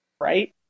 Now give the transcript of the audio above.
Right